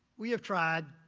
we have tried,